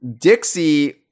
Dixie